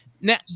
Now